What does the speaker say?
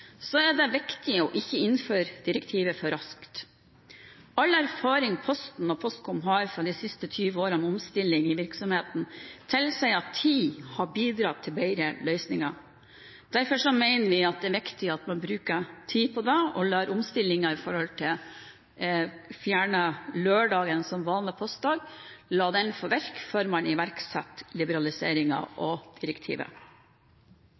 er det viktig å ikke innføre direktivet for raskt. All erfaring Posten og Postkom har fra de siste 20 årene med omstilling i virksomheten, tilsier at tid har bidratt til bedre løsninger. Derfor mener vi at det er viktig at man bruker tid på det og lar omstillingen med å fjerne lørdagen som vanlig postdag få virke før man iverksetter liberaliseringen og direktivet.